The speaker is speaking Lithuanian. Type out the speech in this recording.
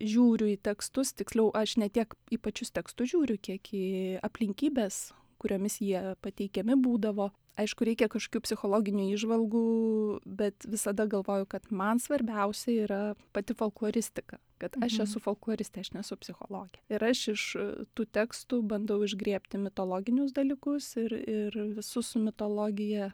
žiūriu į tekstus tiksliau aš ne tiek į pačius tekstus žiūriu kiek į aplinkybes kuriomis jie pateikiami būdavo aišku reikia kažkokių psichologinių įžvalgų bet visada galvoju kad man svarbiausia yra pati folkloristika kad aš esu folkloristė aš nesu psichologė ir aš iš tų tekstų bandau išgriebti mitologinius dalykus ir ir visus su mitologija